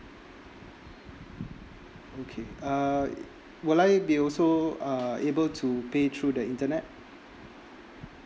okay uh will I be also uh able to pay through the internet